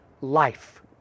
life